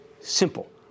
Simple